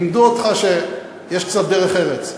לימדו אותך שיש קצת דרך ארץ.